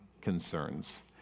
concerns